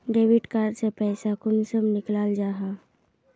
Debit card से पैसा कुंसम निकलाल जाहा?